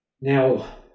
Now